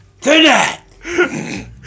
tonight